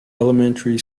elementary